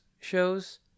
shows